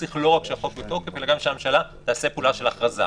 צריך לא רק שהחוק בתוקף אלא גם שהממשלה תעשה פעולה של הכרזה.